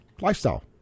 lifestyle